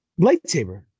lightsaber